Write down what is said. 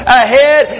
ahead